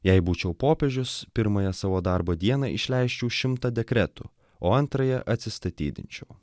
jei būčiau popiežius pirmąją savo darbo dieną išleisčiau šimtą dekretų o antrąją atsistatydinčiau